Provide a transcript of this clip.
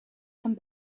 and